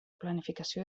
planificació